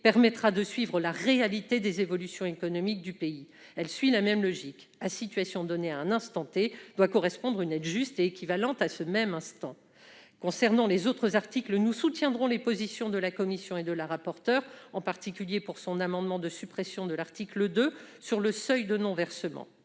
permettra de suivre la réalité des évolutions économiques du pays. Elle suit la même logique : à situation donnée à l'instant doit correspondre une aide juste et équivalente à ce même instant. Concernant les autres articles, nous soutiendrons les positions de la commission et de Mme la rapporteur, je pense en particulier à l'amendement de suppression de l'article 2 sur le seuil de non-versement.